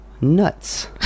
nuts